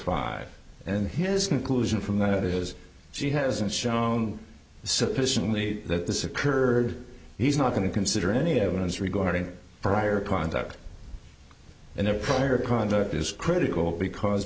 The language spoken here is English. five and his conclusion from that is she hasn't shown that this occurred he's not going to consider any evidence regarding prior conduct and the prior conduct is critical because